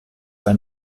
ein